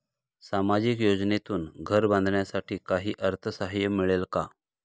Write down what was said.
सामाजिक योजनेतून घर बांधण्यासाठी काही अर्थसहाय्य मिळेल का?